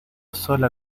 sola